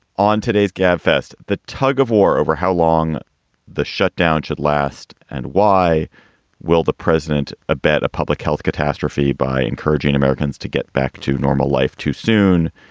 on today's gabfest, the tug of war over how long the shutdown should last. and why will the president abet a public health catastrophe by encouraging americans to get back to normal life too soon?